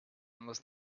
unless